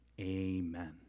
amen